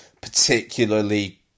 particularly